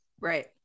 right